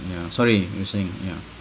ya sorry you were saying yeah